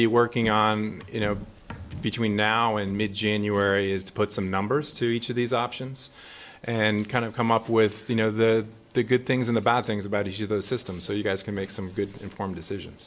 be working on you know between now and mid january is to put some numbers to each of these options and kind of come up with you know the good things in the bad things about each of those systems so you guys can make some good informed decision